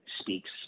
speaks